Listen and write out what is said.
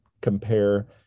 compare